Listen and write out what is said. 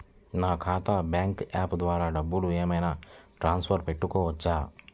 నా ఖాతా bank app ద్వారా డబ్బులు ఏమైనా ట్రాన్స్ఫర్ పెట్టుకోవచ్చా?